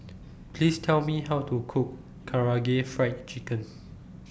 Please Tell Me How to Cook Karaage Fried Chicken